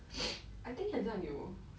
I think 很像有